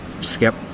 Skip